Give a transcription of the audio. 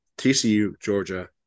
TCU-Georgia